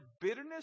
bitterness